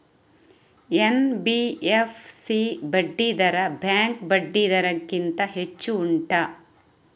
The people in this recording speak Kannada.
ಎನ್.ಬಿ.ಎಫ್.ಸಿ ಬಡ್ಡಿ ದರ ಬ್ಯಾಂಕ್ ಬಡ್ಡಿ ದರ ಗಿಂತ ಹೆಚ್ಚು ಉಂಟಾ